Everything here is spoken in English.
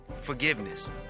forgiveness